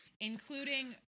including